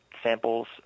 Samples